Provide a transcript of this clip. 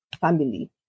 family